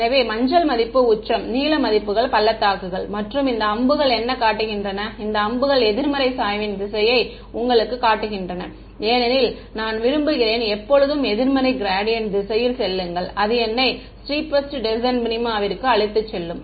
எனவே மஞ்சள் மதிப்பு உச்சம் நீல மதிப்புகள் பள்ளத்தாக்குகள் மற்றும் இந்த அம்புகள் என்ன காட்டுகின்றன இந்த அம்புகள் எதிர்மறை சாய்வின் திசையை உங்களுக்குக் காட்டுகின்றன ஏனெனில் நான் விரும்புகிறேன் எப்போதும் எதிர்மறை க்ராடியன்ட் திசையில் செல்லுங்கள் அது என்னை ஸ்டீப்பெஸ்ட் டெஸ்ஸ்ண்ட் மினிமாவிற்கு அழைத்துச் செல்லும்